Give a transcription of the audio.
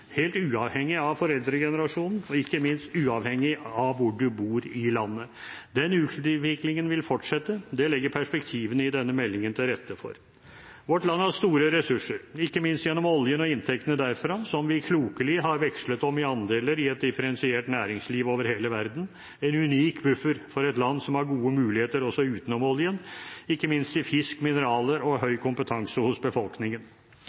uavhengig av foreldregenerasjonen og ikke minst uavhengig av hvor man bor i landet. Den utviklingen vil fortsette. Det legger perspektivene i denne meldingen til rette for. Vårt land har store ressurser, ikke minst gjennom oljen og inntektene derfra, som vi klokelig har vekslet om i andeler i et differensiert næringsliv over hele verden, en unik buffer for et land som har gode muligheter også utenom oljen, ikke minst i fisk, mineraler og høy kompetanse hos befolkningen.